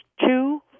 two